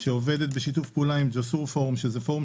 שעובדת בשיתוף פעולה עם --- פורום שזה פורום